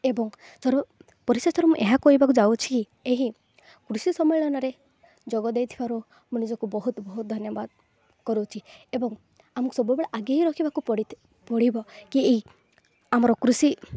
ଏବଂ ସର୍ବ ପରିଶେଷରେ ମୁଁ ଏହା କହିବାକୁ ଯାଉଛି କି ଏହି କୃଷିସମ୍ମିଳନୀରେ ଯୋଗ ଦେଇଥିବାରୁ ମୁଁ ନିଜକୁ ବହୁତ ବହୁତ ଧନ୍ୟବାଦ କରୁଛି ଏବଂ ଆମକୁ ସବୁବେଳେ ଆଗେଇ ରଖିବାକୁ ପଡ଼ିବ କି ଏ ଆମର କୃଷି